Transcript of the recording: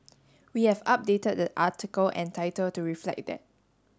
we have updated the article and title to reflect that